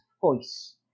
voice